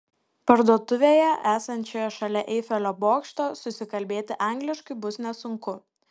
parduotuvėje esančioje šalia eifelio bokšto susikalbėti angliškai bus nesunku